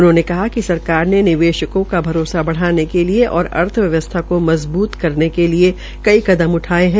उन्होंने कहा कि सरकार ने निवेशकों का भरोसा बढ़ाने के लिए और अर्थव्यवस्था को मजबूत करेन के लिए कई कदम उठाये है